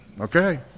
okay